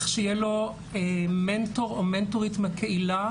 שיהיה לו מנטור או מנטורית מהקהילה,